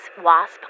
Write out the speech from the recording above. Wasp